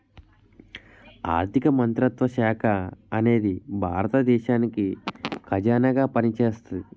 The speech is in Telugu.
ఆర్ధిక మంత్రిత్వ శాఖ అనేది భారత దేశానికి ఖజానాగా పనిచేస్తాది